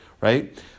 Right